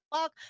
fuck